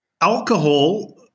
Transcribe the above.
Alcohol